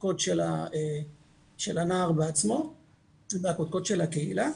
הקדקוד של הנער בעצמו והקדקוד של הקהילה.